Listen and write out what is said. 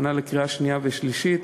הכנה לקריאה שנייה ושלישית,